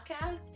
Podcast